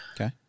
Okay